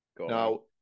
Now